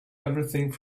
everything